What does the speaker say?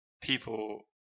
people